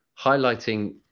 highlighting